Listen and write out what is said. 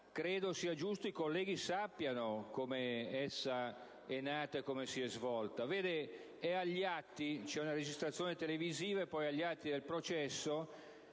credo sia giusto che i colleghi sappiano come essa è nata e come si è svolta. Dalla registrazione televisiva e dagli atti del processo